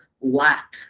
lack